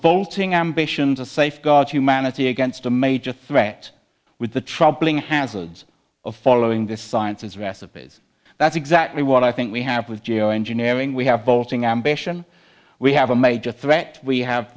vaulting ambition to safeguard humanity against a major threat with the troubling hazards of following this science is recipes that's exactly what i think we have with geo engineering we have vaulting ambition we have a major threat we have